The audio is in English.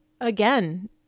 again